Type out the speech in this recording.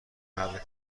محل